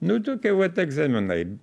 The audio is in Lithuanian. nu tokie vat egzaminai